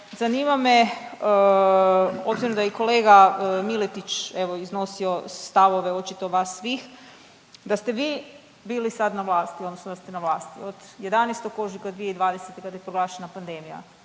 zanima me, obzirom da je i kolega Miletić evo iznosio stavove očito vas svih, da ste vi bili sad na vlasti odnosno da ste na vlasti od 11. ožujka 2020. kada je proglašena pandemija